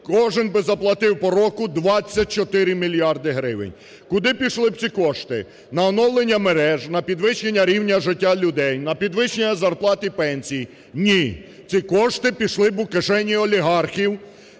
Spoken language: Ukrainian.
кожен би заплатив по року 24 мільярди гривень. Куди ішли б ці кошти: на оновлення мереж, на підвищення рівня життя людей, на підвищення зарплат і пенсій. Ні! Ці кошти пішли б у кишені олігархів